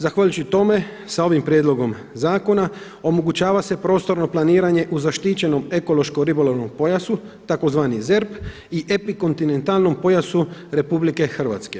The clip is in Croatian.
Zahvaljujući tome sa ovim prijedlogom zakona omogućava se prostorno planiranje u zaštićenom ekološko-ribolovnom pojasu, tzv. ZERP i epikontinentalnom pojasu RH.